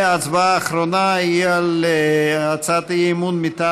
הצבעה אחרונה תהיה על הצעת האי-אמון מטעם